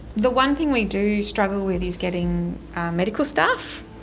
the one thing we do struggle with is getting medical staff.